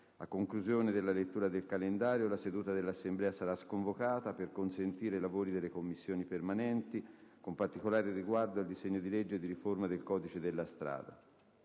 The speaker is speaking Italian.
a conclusione della lettura del calendario, la seduta dell’Assemblea saratolta per consentire i lavori delle Commissioni permanenti, con particolare riguardo al disegno di legge di riforma del codice della strada.